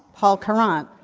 paul courant.